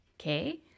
Okay